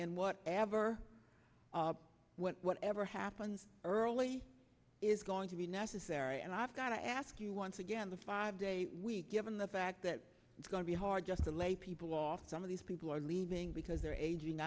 and what ever whatever happens early is going to be necessary and i've got to ask you once again the five day week given the fact that it's going to be hard just to lay people off some of these people are leaving because they're aging